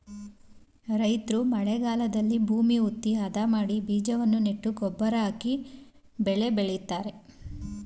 ರೈತ್ರು ಮಳೆಗಾಲದಲ್ಲಿ ಭೂಮಿ ಹುತ್ತಿ, ಅದ ಮಾಡಿ ಬೀಜಗಳನ್ನು ನೆಟ್ಟು ಗೊಬ್ಬರ ಹಾಕಿ ಬೆಳೆ ಬೆಳಿತರೆ